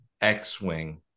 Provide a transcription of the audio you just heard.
X-wing